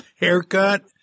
Haircut